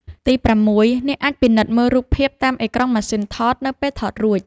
ទី6 អ្នកអាចពិនិត្យមើលរូបភាពតាមអេក្រង់ម៉ាស៊ីនថត នៅពេលថតរួច។